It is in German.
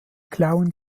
klauen